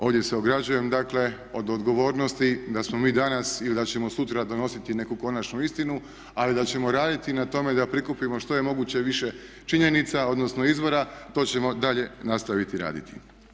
Ovdje se ograđujem dakle od odgovornosti da smo mi danas ili da ćemo sutra donositi neku konačnu istinu ali da ćemo i raditi na tome da prikupimo što je moguće više činjenica odnosno izvora, to ćemo dalje nastaviti raditi.